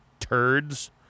turds